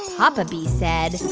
papa bee said.